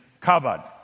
covered